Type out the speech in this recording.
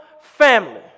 family